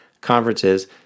conferences